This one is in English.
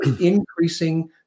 increasing